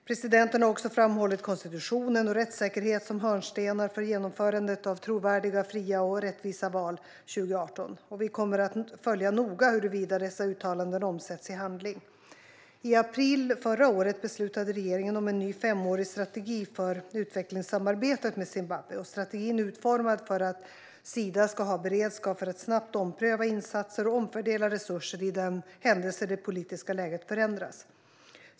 Presidenten har också framhållit konstitutionen och rättssäkerhet som hörnstenar för genomförandet av trovärdiga, fria och rättvisa val 2018. Vi kommer att följa noga huruvida dessa uttalanden omsätts i handling. I april förra året beslutade regeringen om en ny femårig strategi för utvecklingssamarbetet med Zimbabwe. Strategin är utformad för att Sida ska ha beredskap att snabbt ompröva insatser och omfördela resurser i den händelse det politiska läget förändras.